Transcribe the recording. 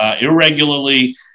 irregularly